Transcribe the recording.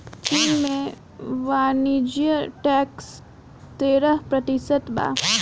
चीन में वाणिज्य टैक्स तेरह प्रतिशत बा